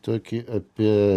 tokį apie